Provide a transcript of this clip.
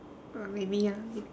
uh maybe ah maybe